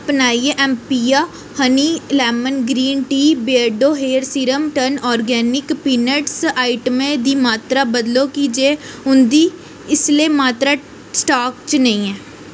अपनाइयै एम्पिया honey lemon green tea Beardo hair serum ते टर्न ऑर्गेनिक पीनटस आइटमें दी मात्तरा बदलो की जे उं'दी इसलै मात्तरा स्टाक च नेईं ऐ